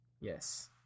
Yes